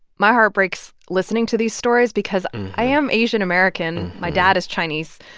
my heart breaks listening to these stories because i am asian american. my dad is chinese.